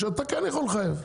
שאתה כן יכול לחייב,